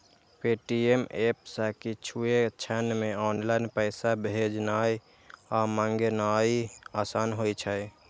Paytm app सं किछुए क्षण मे ऑनलाइन पैसा भेजनाय आ मंगेनाय आसान होइ छै